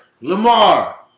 Lamar